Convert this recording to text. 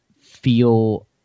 feel